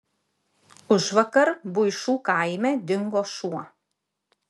užvakar buišų kaime dingo šuo